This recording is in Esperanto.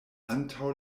antaŭ